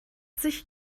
sich